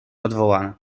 odwołane